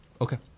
Okay